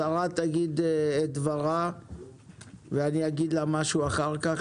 השרה תגיד את דברה ואני אחר כך